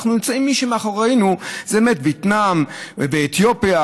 מי שאחרינו זה וייטנאם ואתיופיה,